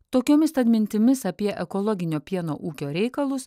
tokiomis tad mintimis apie ekologinio pieno ūkio reikalus